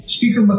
Speaker